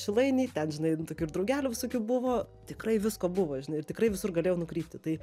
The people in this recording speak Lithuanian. šilainiai ten žinai tokių ir draugelių visokių buvo tikrai visko buvo žinai ir tikrai visur galėjau nukrypti tai